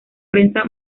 prensa